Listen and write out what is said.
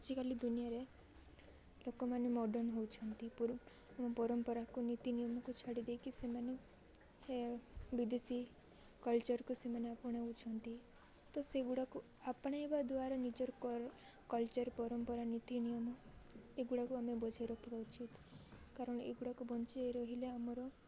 ଆଜିକାଲି ଦୁନିଆରେ ଲୋକମାନେ ମଡ଼ର୍ଣ୍ଣ ହେଉଛନ୍ତି ପରମ୍ପରାକୁ ନୀତି ନିୟମକୁ ଛାଡ଼ି ଦେଇକି ସେମାନେ ହେ ବିଦେଶୀ କଲଚର୍କୁ ସେମାନେ ଆପଣାଉଛନ୍ତି ତ ସେଗୁଡ଼ାକୁ ଆପଣାଇବା ଦ୍ୱାରା ନିଜର କଲଚର୍ ପରମ୍ପରା ନୀତିନିୟମ ଏଗୁଡ଼ାକୁ ଆମେ ବଝେଇ ରଖିବା ଉଚିତ କାରଣ ଏଗୁଡ଼ାକ ବଞ୍ଚାଇ ରହିଲେ ଆମର